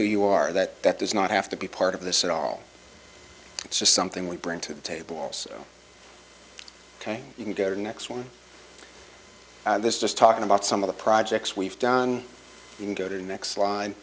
who you are that that does not have to be part of this at all it's just something we bring to the table also ok you can go to the next one this just talking about some of the projects we've done you can go to the next line